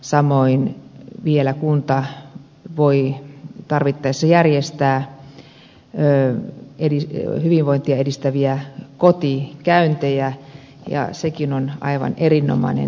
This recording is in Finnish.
samoin vielä kunta voi tarvittaessa järjestää hyvinvointia edistäviä kotikäyntejä ja sekin on aivan erinomainen asia